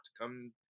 Come